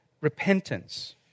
repentance